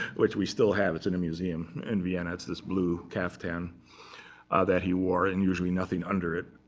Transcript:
which we still have. it's in a museum in vienna. it's this blue caftan that he wore, and usually nothing under it.